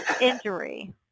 injury